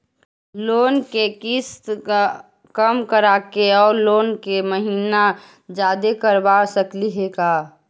Loan के किस्त कम कराके औ लोन के महिना जादे करबा सकली हे का?